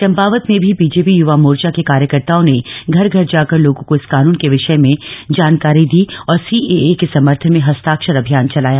चम्पावत में भी बीजेपी युवा मोर्चा के कार्यकर्ताओं ने घर घर जाकर लोगों को इस कानून के विषय में जानकारी दी और सीएए के समर्थन में हस्ताक्षर अभियान चलाया